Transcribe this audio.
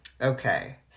Okay